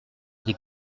des